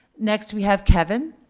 next, we have kevin.